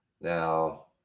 Now